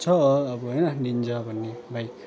छ अब होइन निन्जा भन्ने बाइक